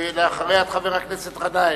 ואחריה, חבר הכנסת גנאים.